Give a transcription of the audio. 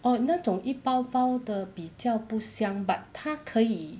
orh 那种一包包的比较不香 but 它可以